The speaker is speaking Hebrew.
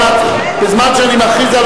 בזמן שאני מכריז על,